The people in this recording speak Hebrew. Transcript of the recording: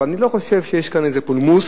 ואני לא חושב שיש כאן איזה פולמוס.